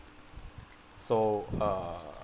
so uh